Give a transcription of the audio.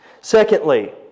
Secondly